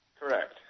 Correct